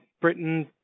Britain